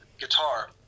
guitar